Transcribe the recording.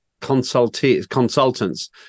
consultants